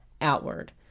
outward